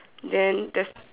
then there's